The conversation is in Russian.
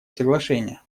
соглашение